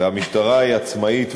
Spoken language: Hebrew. והמשטרה היא עצמאית,